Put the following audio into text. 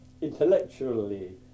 intellectually